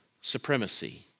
supremacy